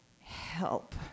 help